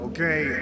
Okay